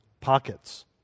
pockets